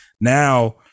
now